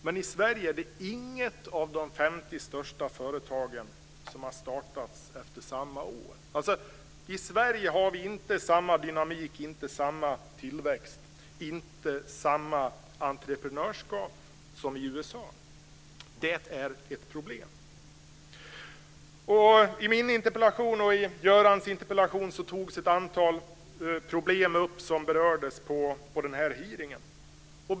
Men i Sverige är det inget av de 50 största företagen som har startats efter samma år. I Sverige har vi inte samma dynamik, inte samma tillväxt och inte samma entreprenörskap som i USA. Detta är ett problem. Både i min interpellation och i Göran Hägglunds interpellation har ett antal problem tagits upp som berördes på den hearing som varit.